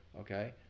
Okay